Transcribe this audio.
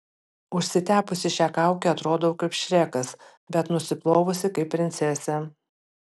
užsitepusi šią kaukę atrodau kaip šrekas bet nusiplovusi kaip princesė